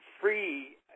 free